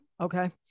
Okay